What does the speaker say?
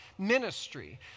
ministry